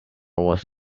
wars